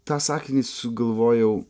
tą sakinį sugalvojau